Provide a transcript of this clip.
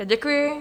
Děkuji.